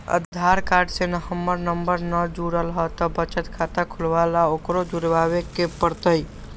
आधार card से हमर mobile number न जुरल है त बचत खाता खुलवा ला उकरो जुड़बे के पड़तई?